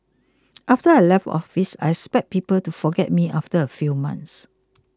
after I left office I expected people to forget me after a few months